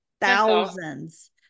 thousands